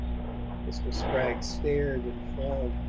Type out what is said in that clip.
mr. spragg stared and frowned.